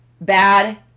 bad